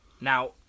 Now